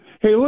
Hey